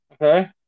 Okay